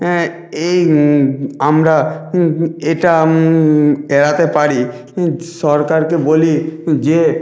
এই আমরা এটা এড়াতে পারি সরকারকে বলি যে